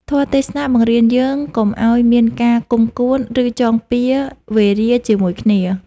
ធម៌ទេសនាបង្រៀនយើងកុំឱ្យមានការគុំកួន ឬចងពៀរវេរាជាមួយគ្នា។